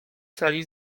sali